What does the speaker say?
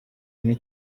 nke